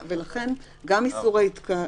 אבל רק אם הכריזו על אזור מוגבל.